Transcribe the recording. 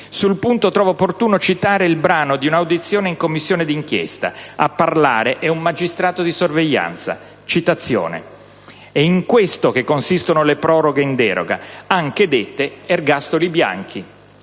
Sul punto trovo opportuno citare il brano di un'audizione in Commissione di inchiesta. A parlare è un magistrato di sorveglianza che afferma quanto segue: «È in questo che consistono le proroghe in deroga, anche dette ergastoli bianchi.